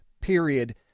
period